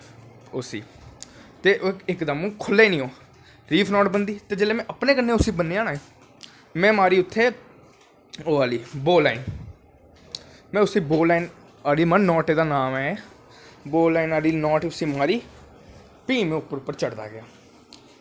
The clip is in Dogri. उसी ते इक दम खु'ल्लै नी ओह् रीफ नाट बंधी ते जिसले में अपनैं कन्नैं उसी बन्नेंआ ना में मारी उत्थें आह्ले ओह् लाईन में उसी बो लैन मारी नाटे दा नां ऐ एह् बोनाट ऐली नाट उसी मारी फ्ही में उप्पर उप्पर चढ़दा गेआ